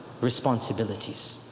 Responsibilities